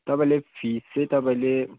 तपाईँले फिस चाहिँ तपाईँले